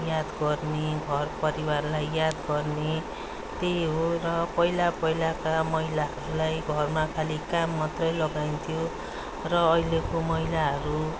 याद गर्ने घर परिवारलाई याद गर्ने त्यही हो र पहिला पहिलाका महिलाहरूलाई घरमा खालि काम मात्रै लगाइन्थ्यो र अहिलेको महिलाहरू